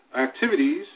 activities